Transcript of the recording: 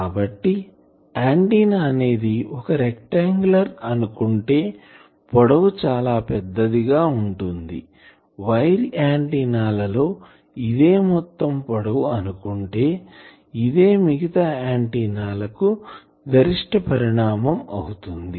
కాబట్టి ఆంటిన్నా అనేది ఒక రెక్టాన్గులార్ అనుకుంటే పొడవు చాలా పెద్దదిగా ఉంటుంది వైర్ ఆంటిన్నా లలో ఇదే మొత్తం పొడవు అనుకుంటే ఇదే మిగతా ఆంటిన్నాలాకి గరిష్ట పరిణామం అవుతుంది